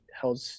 held